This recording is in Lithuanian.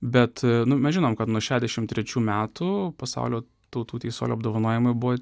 bet mes žinom kad nuo šešiasdešim trečių metų pasaulio tautų teisuolio apdovanojimai buvo